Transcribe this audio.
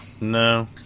No